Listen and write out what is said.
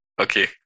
Okay